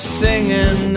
singing